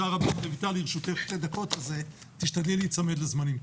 רויטל, לרשותך שתי דקות אז תשתדלי להיצמד לזמנים.